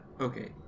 okay